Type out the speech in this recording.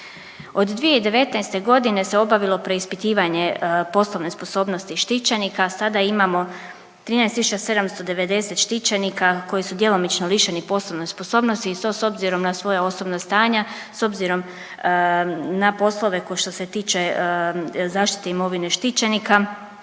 Od 2019. godine se obavilo preispitivanje poslovne sposobnosti štićenika. Sada imamo 13790 štićenika koji su djelomično lišeni poslovne sposobnosti i to s obzirom na svoja osobna stanja, s obzirom na poslove kao što se tiče zaštite imovine štićenika